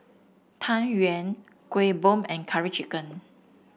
Tang Yuen Kueh Bom and Curry Chicken